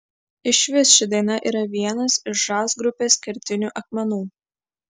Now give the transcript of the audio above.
išvis ši daina yra vienas iš žas grupės kertinių akmenų